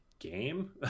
game